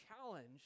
challenge